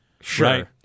sure